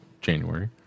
January